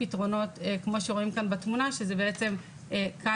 ויש עוד פתרונות,